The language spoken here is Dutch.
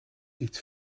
iets